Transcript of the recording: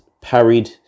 parried